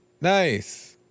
Nice